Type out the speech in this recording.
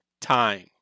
time